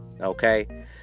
okay